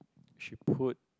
she put